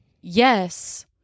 yes